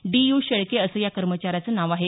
D U Shelke असं या कर्मचाऱ्याचं नाव आहे